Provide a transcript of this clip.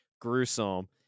gruesome